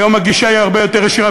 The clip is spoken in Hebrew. היום הגישה היא הרבה יותר ישירה,